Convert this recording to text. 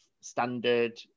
standard